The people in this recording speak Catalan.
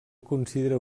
considera